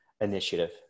initiative